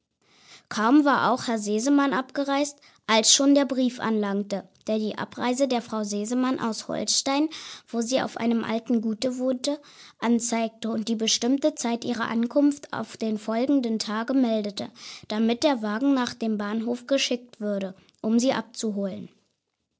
kaum war auch herr sesemann abgereist als schon der brief anlangte der die abreise der frau sesemann aus holstein wo sie auf einem alten gute wohnte anzeigte und die bestimmte zeit ihrer ankunft auf den folgenden tag meldete damit der wagen nach dem bahnhof geschickt würde um sie abzuholen